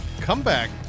comeback